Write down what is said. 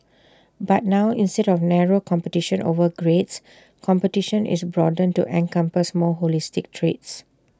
but now instead of narrow competition over grades competition is broadened to encompass more holistic traits